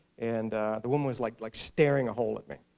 and the woman was like like staring a hole at me